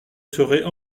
seraient